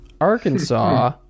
Arkansas